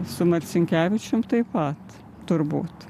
su marcinkevičium taip pat turbūt